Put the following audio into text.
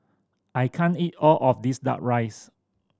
I can't eat all of this Duck Rice